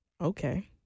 Okay